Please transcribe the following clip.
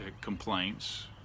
complaints